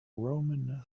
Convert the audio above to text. roman